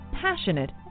passionate